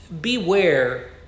Beware